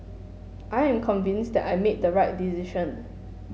I am convinced that I made the right decision